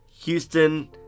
Houston